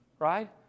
right